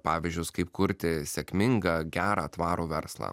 pavyzdžius kaip kurti sėkmingą gerą tvarų verslą